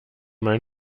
mein